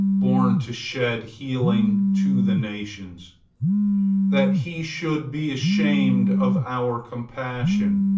born to shed healing to the nations that he should be ashamed of our compassion,